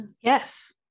Yes